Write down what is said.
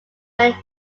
moment